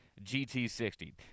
GT60